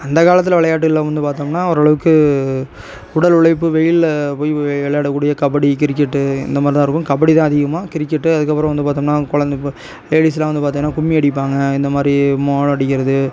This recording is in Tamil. அந்த காலத்தில் விளையாட்டுகளில் வந்து பார்த்தோம்னா ஓரளவுக்கு உடல் உழைப்பு வெயிலில் போய் விளையாடக்கூடிய கபடி கிரிக்கெட்டு இந்த மாரி தான் இருக்கும் கபடி தான் அதிகமாக கிரிக்கெட்டு அதற்கப்பறம் வந்து பார்த்தோம்னா குழந்த இப்போ லேடிஸ்லாம் வந்து பார்த்தீங்கனா கும்மி அடிப்பாங்க இந்த மாரி மோளம் அடிக்கிறது